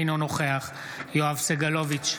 אינו נוכח יואב סגלוביץ'